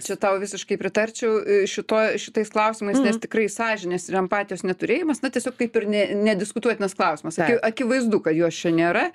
čia tau visiškai pritarčiau šitoj šitais klausimais nes tikrai sąžinės ir empatijos neturėjimas na tiesiog kaip ir ne nediskutuotinas klausimas tai akivaizdu kad jos čia nėra